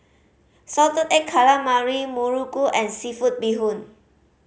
salted egg calamari muruku and seafood bee hoon